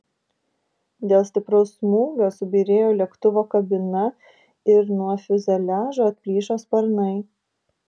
dėl stipraus smūgio subyrėjo lėktuvo kabina ir nuo fiuzeliažo atplyšo sparnai